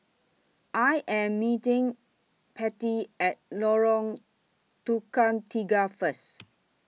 I Am meeting Pete At Lorong Tukang Tiga First